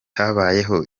habaye